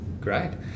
Great